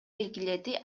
белгиледи